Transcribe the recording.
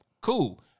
Cool